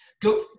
Go